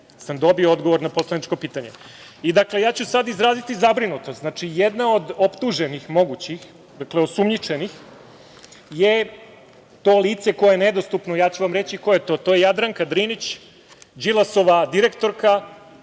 sam dobio odgovor na poslaničko pitanje. Dakle, ja ću sad izraziti zabrinutost. Jedna od optuženih, mogućih, osumnjičenih je to lice koje je nedostupno, a ja ću reći ko je to, to je Jadranka Drinić, Đilasova direktorka,